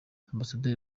ambasaderi